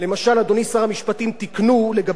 תיקנו לגבי הפליה בעבודה,